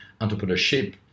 entrepreneurship